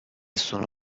sono